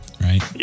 Right